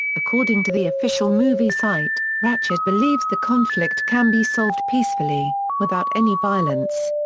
according to the official movie site, ratchet believes the conflict can be solved peacefully, without any violence.